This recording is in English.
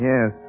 Yes